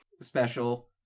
special